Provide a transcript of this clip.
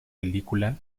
película